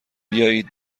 بیایید